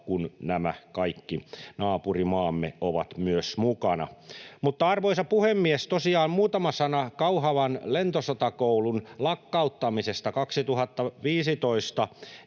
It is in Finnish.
kun kaikki naapurimaamme ovat myös mukana. Arvoisa puhemies! Tosiaan muutama sana Kauhavan Lentosotakoulun lakkauttamisesta 2015.